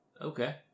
okay